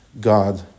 God